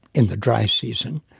in the dry season.